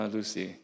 Lucy